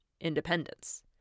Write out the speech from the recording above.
independence